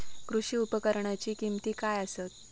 कृषी उपकरणाची किमती काय आसत?